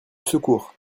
secours